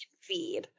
feed